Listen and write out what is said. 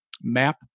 map